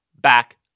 back